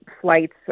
flights